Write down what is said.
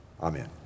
Amen